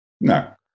no